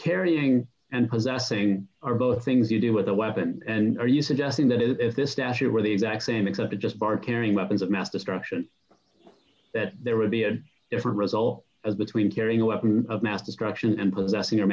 carrying and possessing are both things you do with a weapon and are you suggesting that if this statue were the exact same example just bar carrying weapons of mass destruction that there would be a different result between carrying a weapon of mass destruction and possessing or